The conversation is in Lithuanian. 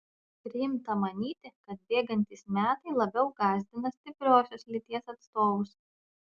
priimta manyti kad bėgantys metai labiau gąsdina stipriosios lyties atstovus